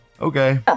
Okay